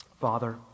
Father